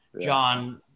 John